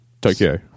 Tokyo